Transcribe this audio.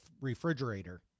refrigerator